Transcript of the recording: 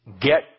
get